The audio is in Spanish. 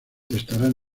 estaban